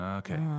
okay